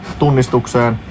tunnistukseen